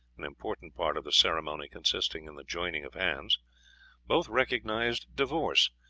an important part of the ceremony consisting in the joining of hands both recognized divorce,